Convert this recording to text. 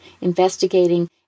investigating